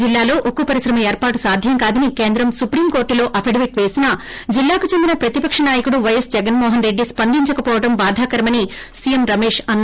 జిల్లాలో ఉక్కుపరిశ్రమ ఏర్పాటు సాధ్యం కాదని కేంద్రం సుప్రీం కోర్టులో అఫిడవిట్ వేసినా జిల్లాకు చెందిన ప్రతిపక్ష నాయకుడు వైఎస్ జగన్మోహన్రెడ్డి స్పందించకవోవడం బాధాకరమని సీఎం రమేష్ అన్నారు